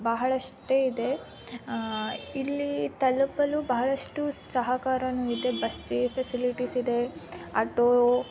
ಬಹಳಷ್ಟೇ ಇದೆ ಇಲ್ಲಿ ತಲುಪಲು ಬಹಳಷ್ಟು ಸಹಕಾರವೂ ಇದೆ ಬಸ್ಸಿಗೆ ಫೆಸಿಲಿಟೀಸ್ ಇದೆ ಆಟೋ